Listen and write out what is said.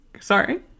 Sorry